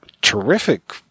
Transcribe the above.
terrific